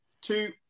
two